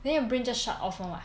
then your brain just shut off [one] [what]